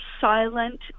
silent